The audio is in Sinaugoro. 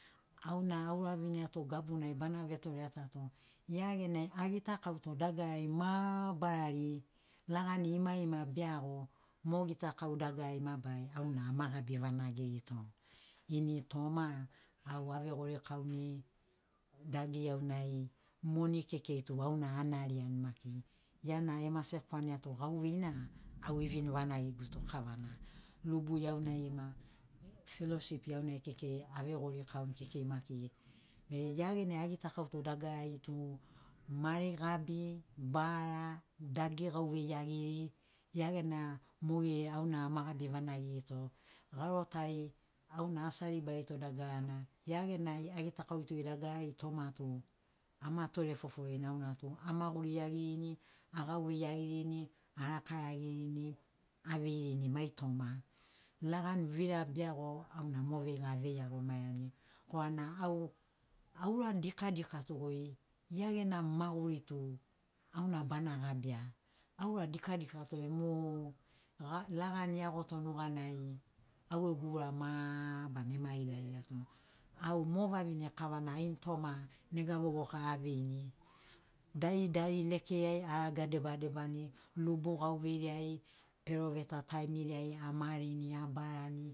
Auna auraviniato gabunai bana vetore atato ia genai agitakau to dagarari mabarari lagani ima- ima beiago, mo gita kau dagarari mabarari auna ama gabi vanagirito. ini toma au ave gorikauni, dagi iaunai moni kekei tu auna anarian maki ia na emase kwane ato gauveina au evini vanagigu to kavana. lubu iaunai gema feloship iaunai kekei ave gorikaun kekei maki be ia genai agitakau to dagarari tu mari gabi, bara, dagi gauvei iagiri, ia gena mogeri auna ama gabi vanagirito, garo tai auna asi aribarito dagarana ia genai agitakauri to dagarari toma tu ama tore foforirin auna tu, amaguri iagirini, agauvei iagirini, araka iagirini, aveirini mai toma lagan vira be iago auna mo veiga avei iagoma iani korana au aura dika dikato goi iana gena maguri tu auna bana gabia. aura dika dikato mo ga lagani e iagoto nuga nai au gegu ura ma barana ema ila ilato, au mo vavine kavana ini toma nega vovoka aveini, dari dari lekeri ai araga deba debani, lubu gauveiri ai, peroveta taimiri ai amarini, abarani